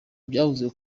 byavuzwe